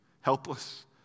helpless